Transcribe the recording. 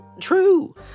true